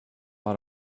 lot